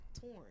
torn